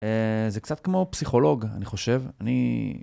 א.. זה קצת כמו פסיכולוג, אני חושב, אני..